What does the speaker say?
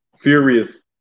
furious